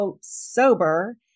sober